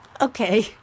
Okay